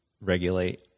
regulate